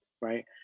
right